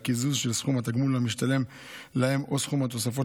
בקיזוז של סכום התגמול המשתלם להם או סכום התוספות